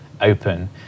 open